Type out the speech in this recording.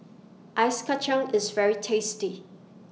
Ice Kacang IS very tasty